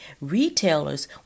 Retailers